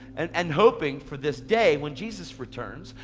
and and hoping for this day when jesus returns,